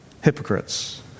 Hypocrites